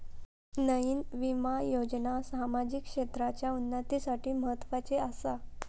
नयीन विमा योजना सामाजिक क्षेत्राच्या उन्नतीसाठी म्हत्वाची आसा